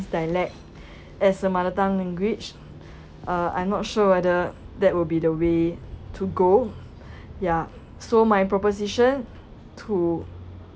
dialect as a mother tongue language uh I'm not sure whether that would be the way to go ya so my proposition to